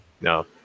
No